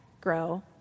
grow